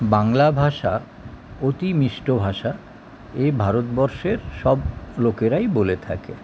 বাংলা ভাষা অতি মিষ্ট ভাষা এই ভারতবর্ষের সব লোকেরাই বলে থাকে